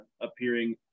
appearing